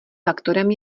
faktorem